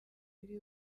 bubiri